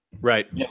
Right